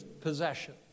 possession